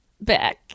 Back